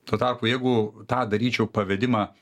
tuo tarpu jeigu tą daryčiau pavedimą